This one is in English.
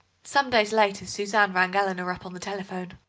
some days later suzanne rang eleanor up on the telephone.